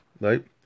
right